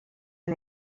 and